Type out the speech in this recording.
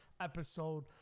episode